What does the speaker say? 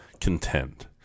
contend